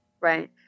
Right